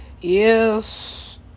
Yes